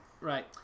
Right